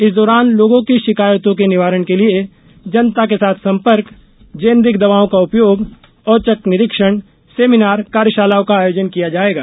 इस दौरान लोगों की शिकायतों के निवारण के लिए जनता के साथ संपर्क जेनेरिक दवाओं का उपयोग औचक निरीक्षण सेमिनार कार्यशालाओं का आयोजन किया जाएगा